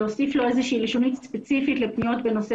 נוסיף לו איזושהי לשונית ספציפית לפניות בנושא